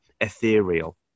ethereal